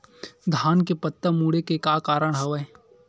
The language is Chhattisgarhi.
धान के पत्ता मुड़े के का कारण हवय?